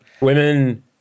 Women